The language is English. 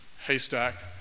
haystack